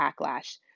backlash